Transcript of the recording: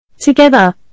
Together